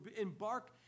embark